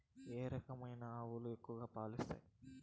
ఏ రకమైన ఆవులు ఎక్కువగా పాలు ఇస్తాయి?